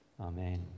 Amen